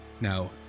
Now